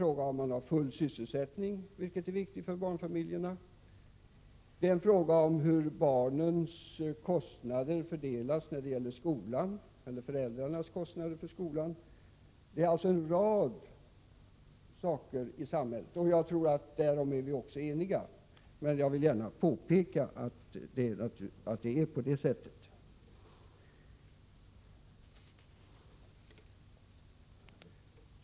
Även frågan om full sysselsättning är viktig för barnfamiljerna, liksom fördelningen av föräldrarnas kostnader för barnens skolgång osv. Vi är eniga om att barnfamiljerna är beroende av allt detta, men jag vill här särskilt understryka det förhållandet.